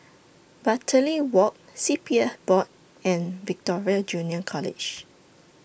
Bartley Walk C P F Board and Victoria Junior College